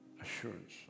assurance